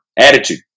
attitude